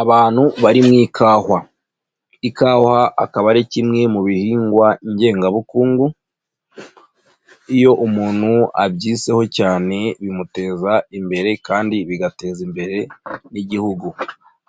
Abantu bari mu ikawa. Ikawa akaba ari kimwe mu bihingwa ngengabukungu. Iyo umuntu abyitaho cyane bimuteza imbere kandi bigateza imbere n'igihugu.